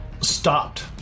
stopped